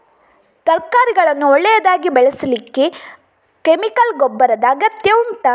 ತರಕಾರಿಗಳನ್ನು ಒಳ್ಳೆಯದಾಗಿ ಬೆಳೆಸಲಿಕ್ಕೆ ಕೆಮಿಕಲ್ ಗೊಬ್ಬರದ ಅಗತ್ಯ ಉಂಟಾ